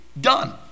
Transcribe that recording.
Done